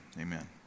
amen